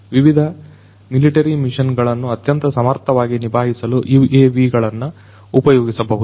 ವಿವಿಧ military mission ಗಳನ್ನ ಅತ್ಯಂತ ಸಮರ್ಥವಾಗಿ ನಿಭಾಯಿಸಲು UAVಗಳನ್ನು ಉಪಯೋಗಿಸಬಹುದು